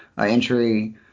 entry